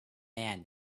man